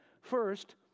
First